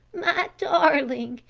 my darling,